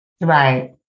Right